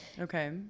okay